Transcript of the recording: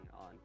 on